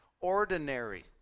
ordinary